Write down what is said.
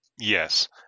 Yes